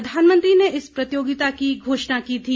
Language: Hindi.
प्रधानमंत्री ने इस प्रतियोगिता की घोषणा की थी